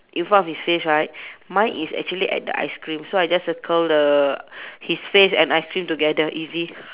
in front of his face right mine is actually at the ice cream so I'll just circle the his face and ice cream together easy